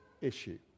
issue